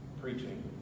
preaching